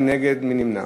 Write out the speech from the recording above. מי נגד?